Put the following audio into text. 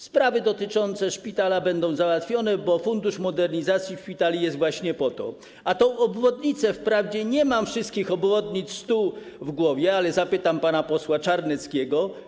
Sprawy dotyczące szpitala będą załatwione, bo Fundusz Modernizacji Szpitali jest właśnie po to, a o tę obwodnicę, bo nie mam wszystkich 100 obwodnic w głowie, zapytam pana posła Czarneckiego.